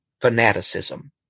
fanaticism